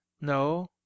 no